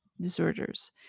disorders